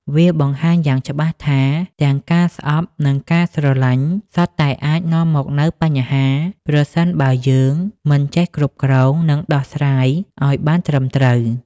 វាបង្ហាញយ៉ាងច្បាស់ថា ទាំងការស្អប់និងការស្រឡាញ់ សុទ្ធតែអាចនាំមកនូវបញ្ហា ប្រសិនបើយើងមិនចេះគ្រប់គ្រង និងដោះស្រាយឲ្យបានត្រឹមត្រូវ។